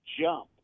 jump